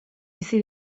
bizi